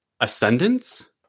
ascendance